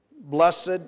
Blessed